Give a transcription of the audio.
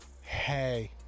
Hey